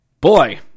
boy